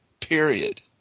Period